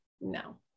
no